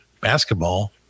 basketball